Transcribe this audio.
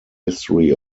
history